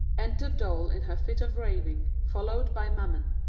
enter dol in her fit of raving, followed by mammon.